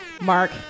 Mark